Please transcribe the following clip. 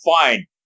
Fine